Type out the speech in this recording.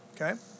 Okay